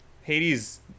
Hades